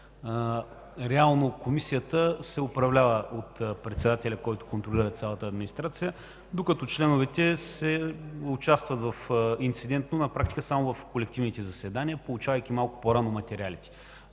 реално Комисията се управлява от председателя, който контролира цялата администрация. Членовете участват на практика инцидентно, само в колективните заседания, получавайки малко по-рано материалите.